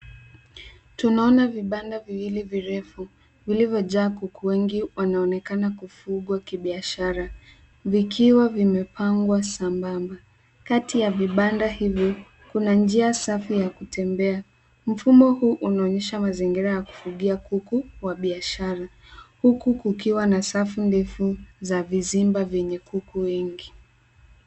Tunaona vibanda viwili virefu vilivyojaa kuku wengi wanaonekana kufugwa kibiashara vikiwa vimepangwa sambamba. Kati ya vibanda hivi kuna njia safi ya kutembea. Mfumo huu unaonyesha mazingira ya kufugia kuku wa biashara huku kukiwa na safu ndefu za vizimba vyenye kuku wengi.